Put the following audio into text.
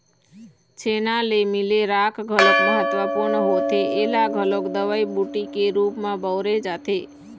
छेना ले मिले राख घलोक महत्वपूर्न होथे ऐला घलोक दवई बूटी के रुप म बउरे जाथे